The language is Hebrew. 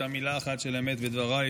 לא הייתה מילה אחת של אמת בדברייך,